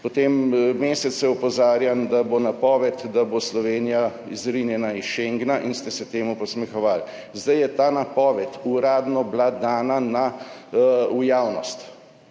Mesece opozarjam, da bo napoved, da bo Slovenija izrinjena iz schengna. In ste se temu posmehovali. Zdaj je ta napoved uradno bila dana. V javnost